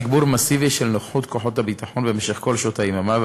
תגבור מסיבי של נוכחות כוחות הביטחון במשך כל שעות היממה,